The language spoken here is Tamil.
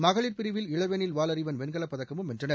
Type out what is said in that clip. மகளிர் பிரிவில் இளவேனில் வாளரிவன் வெண்கலப் பதக்கமும் வென்றனர்